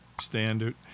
standard